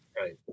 Right